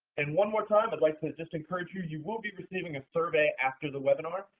and one more time, i'd like to just encourage you you will be receiving a survey after the webinar.